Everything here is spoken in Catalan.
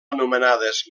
anomenades